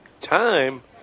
time